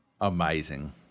Amazing